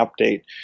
update